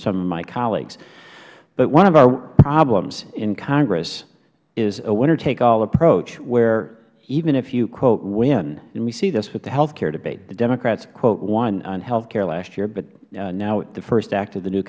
some of my colleagues but one of our problems in congress is a winner take all approach where even if you win and you see this with the health care debate the democrats won on health care last year but now the first act of the new